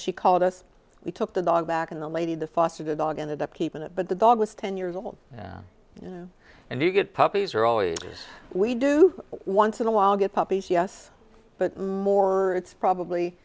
she called us we took the dog back in the lady the foster the dog ended up keeping it but the dog was ten years old and you get puppies are always we do once in a while get puppies yes but more it's probably